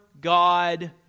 God